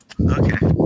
okay